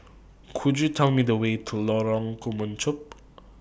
Could YOU Tell Me The Way to Lorong Kemunchup